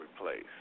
replace